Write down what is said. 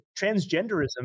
transgenderism